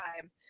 time